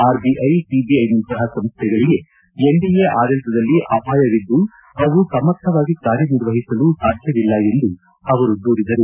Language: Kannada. ಆರ್ಬಿಐ ಸಿಬಿಐ ನಂತಹ ಸಂಸ್ಥೆಗಳಿಗೆ ಎನ್ಡಿಎ ಆಡಳಿತದಲ್ಲಿ ಅಪಾಯವಿದ್ದು ಅವು ಸಮರ್ಥವಾಗಿ ಕಾರ್ಯನಿರ್ವಹಿಸಲು ಸಾಧ್ಯವಿಲ್ಲ ಎಂದು ಅವರು ದೂರಿದರು